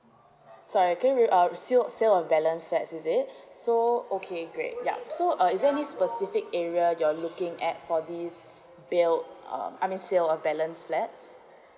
so I get your um sale sale of balance flats is it so okay great yup so uh is there any specific area you're looking at for this bil~ uh I mean sale of balance flats